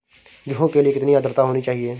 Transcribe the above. गेहूँ के लिए कितनी आद्रता होनी चाहिए?